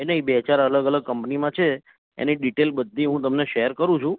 એ નઇ બે ચાર અલગ અલગ કંપનીમાં છે ને એની ડીટેલ બધી હું તમને શેર કરું છું